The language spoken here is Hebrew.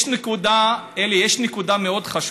יש נקודה, אלי, יש נקודה מאוד חשובה: